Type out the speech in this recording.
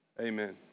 amen